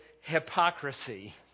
hypocrisy